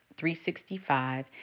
365